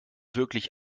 wirklich